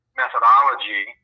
methodology